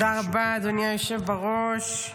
תודה רבה, אדוני היושב בראש.